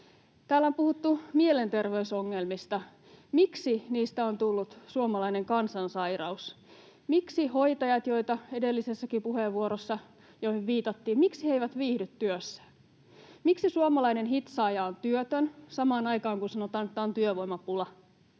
Täällä on puhuttu mielenterveysongelmista. Miksi niistä on tullut suomalainen kansansairaus? Miksi hoitajat, joihin edellisessäkin puheenvuorossa viitattiin, eivät viihdy työssään? Miksi suomalainen hitsaaja on työtön samaan aikaan, kun sanotaan, että on työvoimapula?